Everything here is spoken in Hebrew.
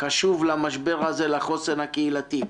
חשוב למשבר הזה, לחוסן הקהילתי.